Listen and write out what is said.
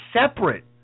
separate